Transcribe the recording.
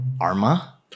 Arma